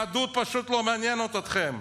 היהדות פשוט לא מעניינת אתכם.